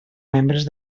membres